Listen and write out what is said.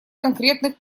конкретных